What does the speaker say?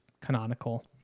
canonical